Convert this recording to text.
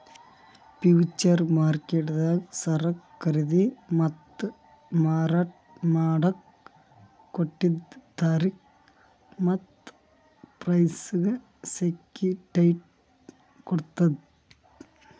future ಮಾರ್ಕೆಟ್ದಾಗ್ ಸರಕ್ ಖರೀದಿ ಮತ್ತ್ ಮಾರಾಟ್ ಮಾಡಕ್ಕ್ ಕೊಟ್ಟಿದ್ದ್ ತಾರಿಕ್ ಮತ್ತ್ ಪ್ರೈಸ್ಗ್ ಸೆಕ್ಯುಟಿಟಿ ಕೊಡ್ತದ್